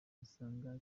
usanga